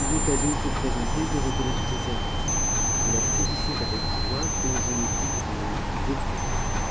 une occasion se présentait de reconnaître ses services je la saisissais avec joie quand je me butai au veto